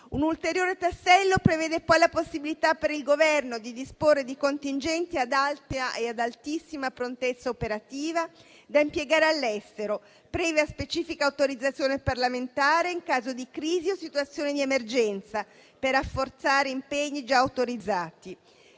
Un ulteriore tassello prevede poi la possibilità per il Governo di disporre di contingenti ad alta e ad altissima prontezza operativa da impiegare all'estero, previa specifica autorizzazione parlamentare in caso di crisi o situazione di emergenza per rafforzare impegni già autorizzati.